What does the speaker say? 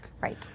Right